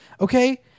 okay